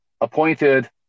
appointed